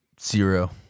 Zero